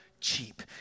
cheap